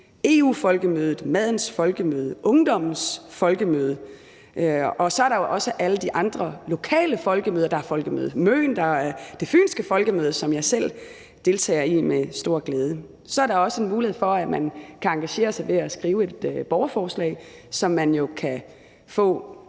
EU-folkemødet, Madens Folkemøde og Ungdommens Folkemøde. Og så er der jo også alle de andre lokale folkemøder. Der er Folkemøde Møn og Det Fynske Folkemøde, som jeg selv deltager i med stor glæde. Så er der også en mulighed for, at man kan engagere sig ved at skrive et borgerforslag, som man jo,